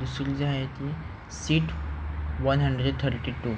दुसरी जी आहे ती seat one hundred thirty to